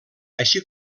així